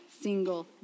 single